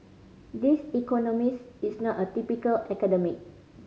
this economist is not a typical academic